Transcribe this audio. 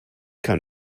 kann